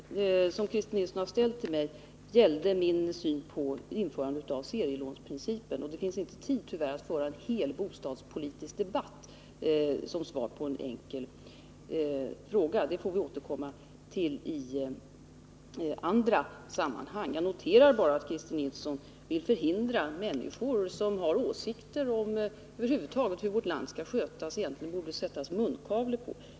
Herr talman! Den fråga som Christer Nilsson har ställt till mig gällde min syn på införandet av serielåneprincipen. Det finns tyvärr inte tid att i samband med att svar lämnas på den frågan föra en stor bostadspolitisk debatt, utan det får vi återkomma till i andra sammanhang. Men jag vill notera att Christer Nilsson anser att man egentligen borde sätta munkavle på människor som har åsikter om hur vårt land över huvud taget skall skötas.